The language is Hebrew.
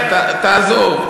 מישהו, חבר הכנסת זאב, תעזוב.